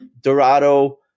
Dorado